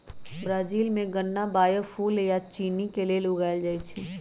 Brazil में गन्ना biofuel आ चिन्नी के लेल उगाएल जाई छई